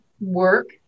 work